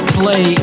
play